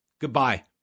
Goodbye